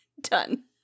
Done